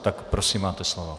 Tak prosím, máte slovo.